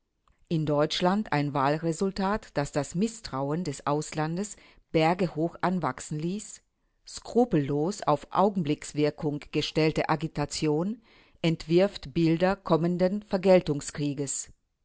in deutschland ein wahlresultat das das mißtrauen des auslandes bergehoch anwachsen ließ skrupellos auf augenblickswirkung gestellte agitation entwirft bilder kommenden